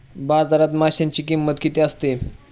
बाजारात माशांची किंमत किती असते?